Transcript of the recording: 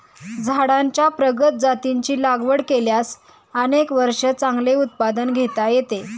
झाडांच्या प्रगत जातींची लागवड केल्यास अनेक वर्षे चांगले उत्पादन घेता येते